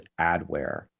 adware